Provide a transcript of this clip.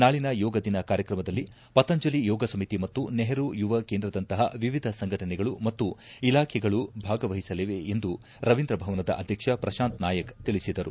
ನಾಳಿನ ಯೋಗ ದಿನ ಕಾರ್ಯಕ್ರಮದಲ್ಲಿ ಪಂತಾಜಲಿ ಯೋಗ ಸಮಿತಿ ಮತ್ತು ನೆಹರೂ ಯುವ ಕೇಂದ್ರದಂತಹ ವಿವಿಧ ಸಂಘಟನೆಗಳು ಮತ್ತು ಇಲಾಖೆಗಳು ಭಾಗವಹಿಸಲಿವೆ ಎಂದು ರವೀಂದ್ರ ಭವನದ ಅಧ್ಯಕ್ಷ ಪ್ರಶಾಂತ್ ನಾಯಕ್ ತಿಳಿಸಿದರು